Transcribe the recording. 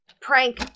prank